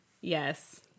yes